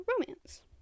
romance